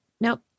Nope